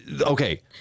okay